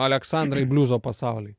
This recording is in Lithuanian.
aleksandrai bliuzo pasauly